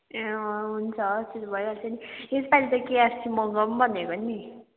ए अँ हुन्छ त्यो त भइहाल्छ नि यस पालि त केएफसी मगाऊँ भनेको नि